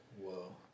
Whoa